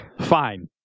Fine